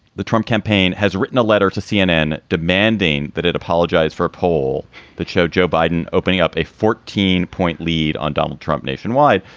the trump campaign has written a letter to cnn demanding that it apologize for a poll that showed joe biden opening up a fourteen point lead on donald trump nationwide.